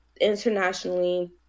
internationally